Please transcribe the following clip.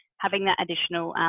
having that additional,